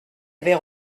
avait